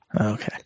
okay